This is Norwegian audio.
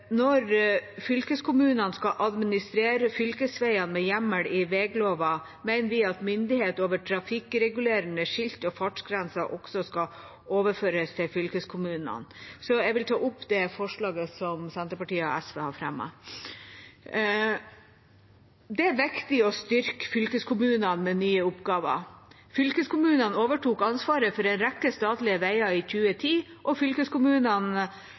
Når fylkeskommunene skal administrere fylkesveiene med hjemmel i veglova, mener vi at myndighet over trafikkregulerende skilt og fartsgrenser også skal overføres til fylkeskommunene, så jeg vil ta opp det forslaget som Senterpartiet og SV har fremmet. Det er viktig å styrke fylkeskommunene med nye oppgaver. Fylkeskommunene overtok ansvaret for en rekke statlige veier i 2010, og fylkeskommunene